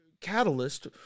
catalyst